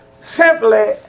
simply